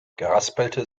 geraspelte